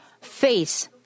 face